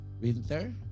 winter